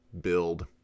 build